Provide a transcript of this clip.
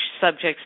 subjects